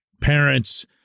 parents